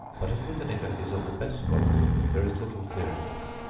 but if the vinegar is of the best quality, there is little fear of this.